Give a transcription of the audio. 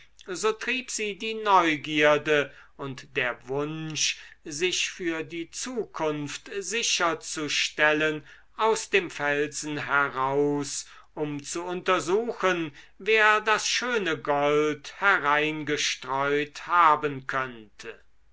so trieb sie die neugierde und der wunsch sich für die zukunft sicherzustellen aus dem felsen heraus um zu untersuchen wer das schöne gold hereingestreut haben könnte